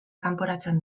kanporatzen